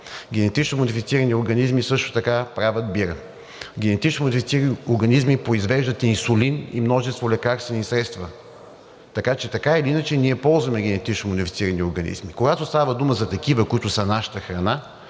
Генетично модифицирани организми също така правят бира. Генетично модифицирани организми произвеждат инсулин и множество лекарствени средства. Така че, така или иначе, ние ползваме генетично модифицирани организми. Когато става дума за такива, които са нашата храна,